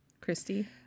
Christy